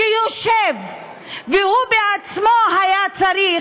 שיושב והוא בעצמו היה צריך,